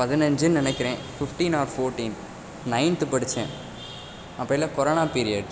பதினஞ்சுன்னு நினைக்கிறேன் fifteen or fourteen ninth படிச்சேன் அப்போ எல்லாம் கொரோனா பீரியட்